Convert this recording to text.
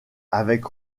avec